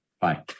Bye